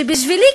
שבשבילי,